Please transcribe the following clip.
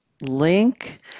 link